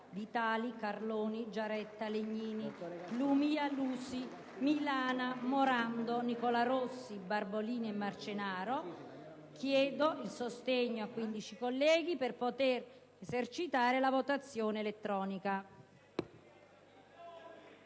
Vitali, Carloni, Giaretta, Legnini, Lumia, Lusi, Milana, Morando, Nicola Rossi, Barbolini e Marcenaro, chiedo il sostegno a 15 colleghi per poter esprimere il voto mediante